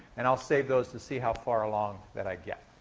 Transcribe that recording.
and i'll save those to see how far along that i get.